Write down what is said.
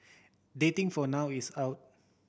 dating for now is out